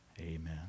Amen